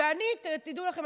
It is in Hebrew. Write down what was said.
תדעו לכם,